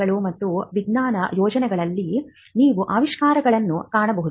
ಶಾಲೆಗಳು ಮತ್ತು ವಿಜ್ಞಾನ ಯೋಜನೆಗಳಲ್ಲಿ ನೀವು ಆವಿಷ್ಕಾರಗಳನ್ನು ಕಾಣಬಹುದು